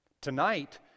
tonight